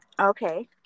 okay